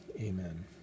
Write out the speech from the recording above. Amen